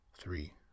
three